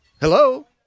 hello